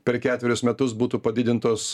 per ketverius metus būtų padidintos